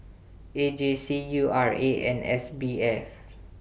A J C U R A and S B F